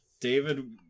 david